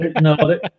No